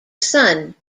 son